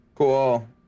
cool